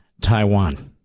Taiwan